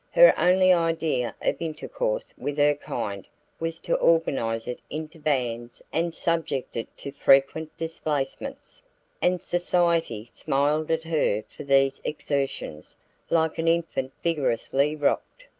her only idea of intercourse with her kind was to organize it into bands and subject it to frequent displacements and society smiled at her for these exertions like an infant vigorously rocked.